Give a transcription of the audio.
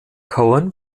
cohen